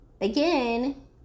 again